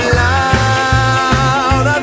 loud